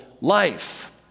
life